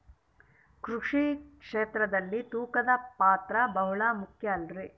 ಕೃಷಿ ಕ್ಷೇತ್ರದಲ್ಲಿ ತೂಕದ ಪಾತ್ರ ಬಹಳ ಮುಖ್ಯ ಅಲ್ರಿ?